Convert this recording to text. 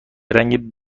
رنگ